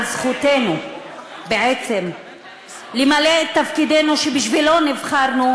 זכותנו בעצם למלא את תפקידנו שבשבילו נבחרנו,